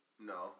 No